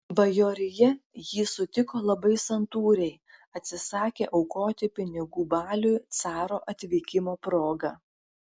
bajorija jį sutiko labai santūriai atsisakė aukoti pinigų baliui caro atvykimo proga